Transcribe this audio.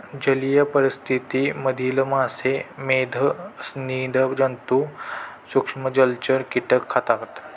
जलीय परिस्थिति मधील मासे, मेध, स्सि जन्तु, सूक्ष्म जलचर, कीटक खातात